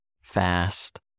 fast